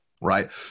right